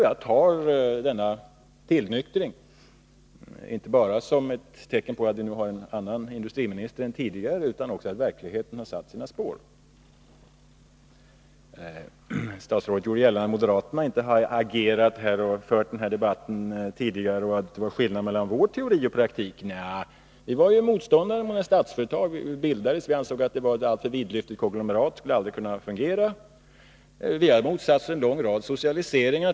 Jag tar denna tillnyktring som ett tecken på inte bara att vi nu har en annan industriminister än tidigare utan också att verkligheten har satt sina spår. Statsrådet gjorde gällande att moderaterna inte har agerat och fört debatt tidigare och att det var skillnad mellan vår teori och praktik. Vi var motståndare när Statsföretag bildades — vi ansåg att det var ett alltför vidlyftigt konglomerat som aldrig skulle kunna fungera. Och vi har motsatt oss en lång rad socialiseringar.